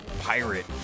pirate